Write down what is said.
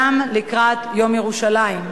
גם לקראת יום ירושלים.